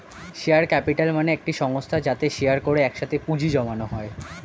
share capital মানে একটি সংস্থা যাতে শেয়ার করে একসাথে পুঁজি জমানো হয়